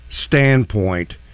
standpoint